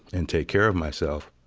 and take care of myself,